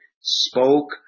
spoke